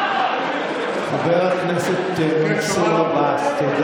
חבר הכנסת מנסור